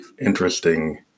interesting